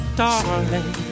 darling